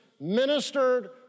ministered